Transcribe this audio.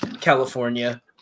California